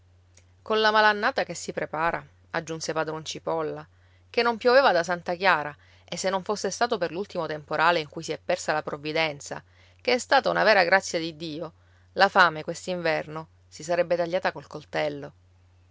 dire colla malannata che si prepara aggiunse padron cipolla che non pioveva da santa chiara e se non fosse stato per l'ultimo temporale in cui si è persa la provvidenza che è stata una vera grazia di dio la fame quest'inverno si sarebbe tagliata col coltello